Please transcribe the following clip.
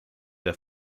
der